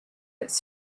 its